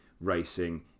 racing